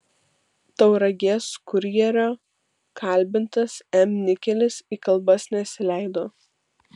tauragės kurjerio kalbintas m nikelis į kalbas nesileido